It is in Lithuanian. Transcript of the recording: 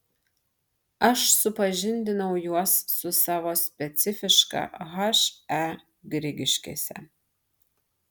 aš supažindinau juos su savo specifiška he grigiškėse